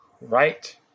Right